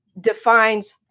defines